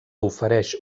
ofereix